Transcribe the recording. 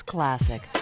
Classic